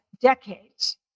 decades